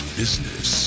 business